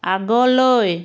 আগলৈ